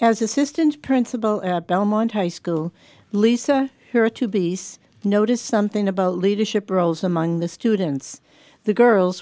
as assistant principal at belmont high school lisa her to be noticed something about leadership roles among the students the girls